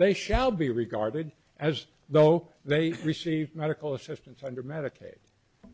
they shall be regarded as though they received medical assistance under medicaid